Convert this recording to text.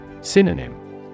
Synonym